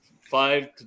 five